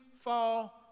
fall